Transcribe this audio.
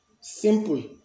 simple